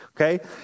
okay